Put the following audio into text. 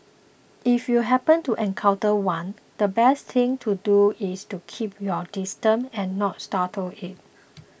if you happen to encounter one the best thing to do is to keep your distance and not startle it